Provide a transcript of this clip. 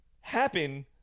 happen